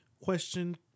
Question